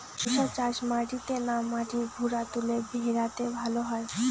শশা চাষ মাটিতে না মাটির ভুরাতুলে ভেরাতে ভালো হয়?